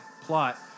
plot